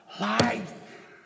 Life